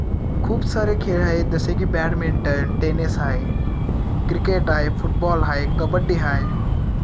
खूप सारे खेळ आहे जसे की बॅडमिंटन टेनिस आहे क्रिकेट आहे फुटबॉल आहे कबड्डी आहे